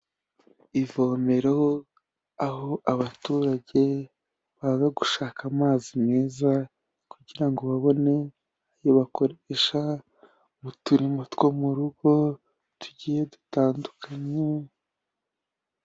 Ivomero aho abaturage baza gushaka amazi meza, kugira ngo babone ayo bakoresha mu turirimo two mu rugo tugiye dutandukanye.